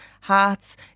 hats